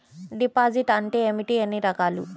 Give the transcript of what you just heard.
Deposit అంటే ఏమిటీ ఎన్ని రకాలు?